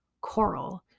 coral